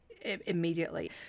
immediately